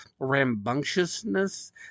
rambunctiousness